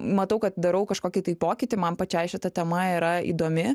matau kad darau kažkokį tai pokytį man pačiai šita tema yra įdomi